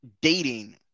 dating